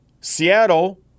Seattle